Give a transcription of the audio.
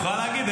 את יכולה להגיד.